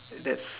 that's